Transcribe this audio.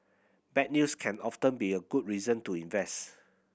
bad news can often be a good reason to invest